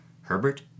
Herbert